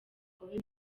abe